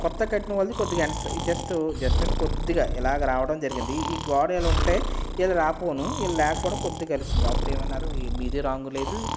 కొత్తగా కట్టిన వాళ్ళది కొద్దిగా జస్ట్ జస్ట్ అంటే కొద్దిగా ఇలాగ రావడం జరిగింది ఈ గోడ ఇలా ఉంటే ఇలా రాకపోవును ఇలా లేకపోవడం వల్ల కొద్దిగా కలిసింది అప్పుడేమన్నారు మీది రాంగ్ లేదు